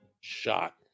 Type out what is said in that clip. shot